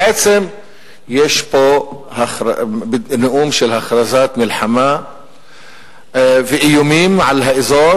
בעצם יש פה נאום של הכרזת מלחמה ואיומים על האזור.